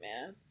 man